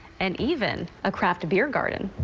and even a craft beer garden.